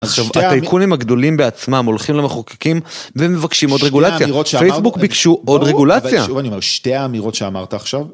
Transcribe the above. עכשיו, הטייקונים הגדולים בעצמם הולכים למחוקקים ומבקשים עוד רגולציה, פייסבוק ביקשו עוד רגולציה. שתי האמירות שאמרת עכשיו...